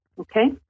Okay